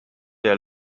der